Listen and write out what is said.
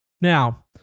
now